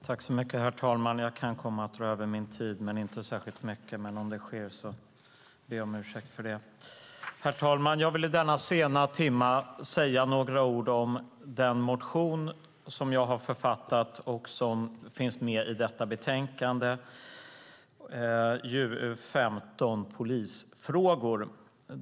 Herr talman! Jag kanske överskrider min anmälda talartid lite grann. Om det sker ber jag om ursäkt för det. Jag vill i denna sena timme säga några ord om den motion som jag har skrivit och som behandlas i detta betänkande, JuU15, om polisfrågor.